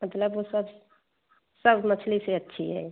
मतलब वो सब सब मछली से अच्छी है